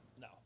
no